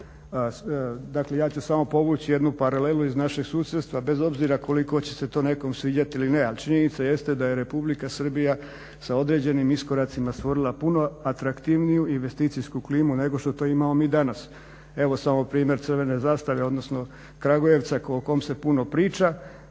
Dakle, ja ću samo povući jednu paralelu iz našeg susjedstva bez obzira koliko će se to nekom sviđati ili ne, ali činjenica jeste da je Republika Srbija sa određenim iskoracima stvorila puno atraktivniju investicijsku klimu nego što to imamo mi danas. Evo samo primjer Crvene zastave, odnosno Kragujevca o kom se puno priča,